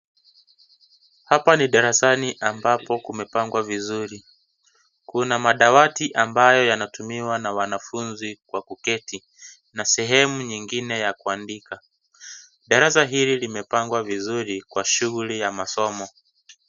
Hapa ni darasani ambapo kumepangwa vizuri, kuna madawati ambayo yanatumiwa na wanafunzi kwa kuketi na sehemu nyingine ya kuandika. Darasa hili limepangwa vizuri kwa shughuli ya masomo.